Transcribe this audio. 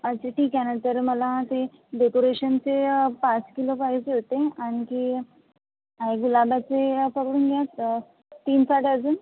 अच्छा ठीक आहे ना तर मला ते डेकोरेशनचे पाच किलो पाहिजे होते आणखी गुलाबाचे पकडून द्या तीन चार डझन